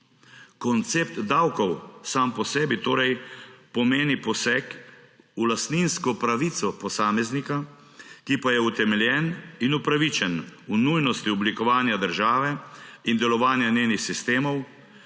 Koncept davkov sam po sebi torej pomeni poseg v lastninsko pravico posameznika, ki pa je utemeljen in upravičen v nujnosti oblikovanja države in delovanja njenih sistemov.